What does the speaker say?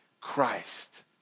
Christ